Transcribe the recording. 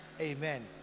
amen